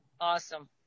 Awesome